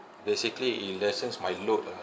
basically it lessens my load lah